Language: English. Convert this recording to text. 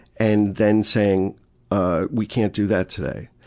and then saying ah we can't do that today.